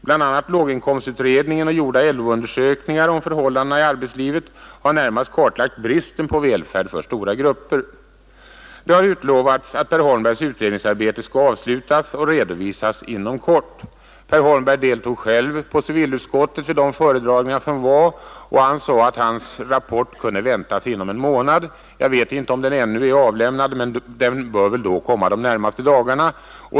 Bl.a. låginkomstutredningen och gjorda LO-utredningar om förhållandena i arbetslivet har närmast kartlagt bristen på välfärd för stora grupper. Det har lovats att Per Holmbergs utredningsarbete skall avslutas och redovisas inom kort. Per Holmberg deltog själv vid föredragningar i civilutskottet, och han sade att hans rapport kunde väntas inom en månad. Jag vet inte om den ännu är avlämnad, men den bör annars komma inom de närmaste dagarna.